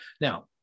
Now